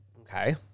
Okay